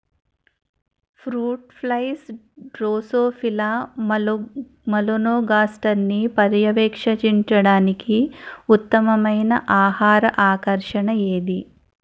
Fruit flies drosophila మెలనోగాస్టర్ని పర్యవేక్షించడానికి ఉత్తమమైన ఆహార ఆకర్షణ ఏది?